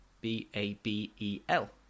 B-A-B-E-L